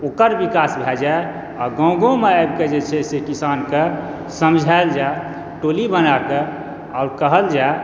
ओकर विकास भए जाइ आ गाँव गाँवमे आबिके कऽ जे छै से किसानके समझायल जाय टोली बनाइके आओर कहल जाय